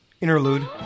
interlude